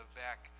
back